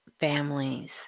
Families